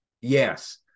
Yes